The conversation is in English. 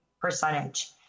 percentage